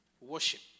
Worship